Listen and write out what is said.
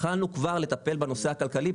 התחלנו כבר לטפל בנושא הכלכלי,